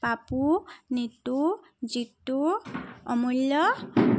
Papu Nitu Jitu Amulya